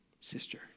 sister